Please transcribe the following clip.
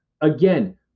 Again